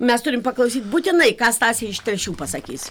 mes turim paklausyti būtinai ką stasė iš telšių pasakys